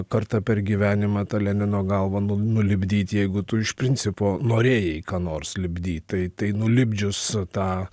kartą per gyvenimą tą lenino galvą nu nulipdyti jeigu tu iš principo norėjai ką nors lipdyt tai tai nulipdžius tą